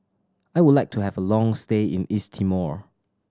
I would like to have a long stay in East Timor